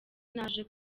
naje